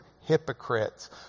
hypocrites